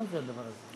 מה זה הדבר הזה?